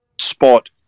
spot